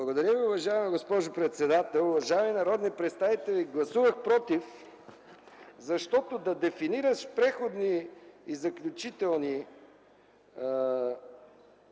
Благодаря Ви, уважаема госпожо председател. Уважаеми народни представители, гласувах „против”, защото да дефинираш в Преходни и заключителни разпоредби